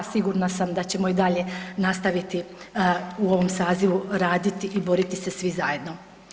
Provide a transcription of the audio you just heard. Sigurna sam da ćemo i dalje nastaviti u ovom sazivu raditi i boriti se svi zajedno.